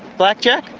blackjack.